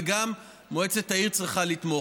וגם מועצת העיר צריכה לתמוך.